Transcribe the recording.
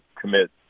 commit